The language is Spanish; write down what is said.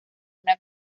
una